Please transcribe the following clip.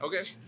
Okay